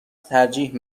ترجیح